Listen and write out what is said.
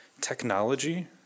technology